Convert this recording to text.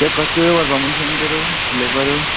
थंय कचरो व्हरपा मनीस येना तर लेबर